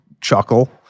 chuckle